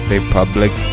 Republic